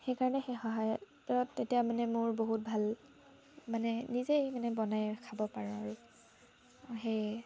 সেইকাৰণে সেই সহায় তেতিয়া মানে মোৰ বহুত ভাল মানে নিজেই মানে বনাই খাব পাৰোঁ আৰু সেয়ে